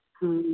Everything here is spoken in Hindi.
हाँ